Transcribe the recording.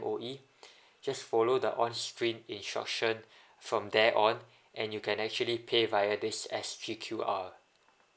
M_O_E just follow the on screen instruction from there on and you can actually pay via this sg Q_R